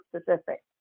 specific